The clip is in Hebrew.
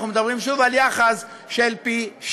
אנחנו מדברים שוב על יחס של פי-שישה.